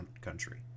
country